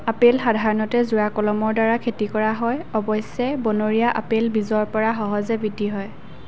apple সাধাৰণতে জোৰা কলমৰ দ্বাৰা খেতি কৰা হয় অৱশ্যে বনৰীয়া আপেল বীজৰ পৰা সহজে বৃদ্ধি হয়